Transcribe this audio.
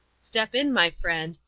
step in, my friend,